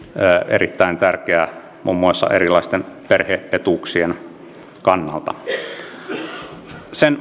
erittäin tärkeä muun muassa erilaisten perhe etuuksien kannalta sen